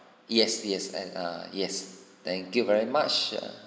yes yes and err yes thank you very much uh